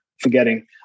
forgetting